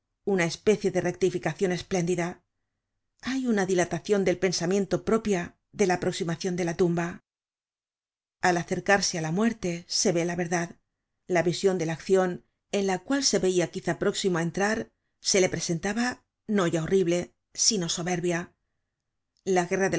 una especie de rectificacion espléndida hay una dilatacion del pensamiento propia de la aproximacion de la tumba al acercarse á la muerte se ve la ver dad la vision de la accion en la cual se vcia quizá próximo á entrar se le presentaba no ya horrible sino soberbia la guerra